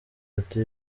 ati